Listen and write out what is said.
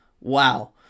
Wow